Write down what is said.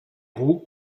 roues